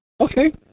Okay